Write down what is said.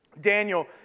Daniel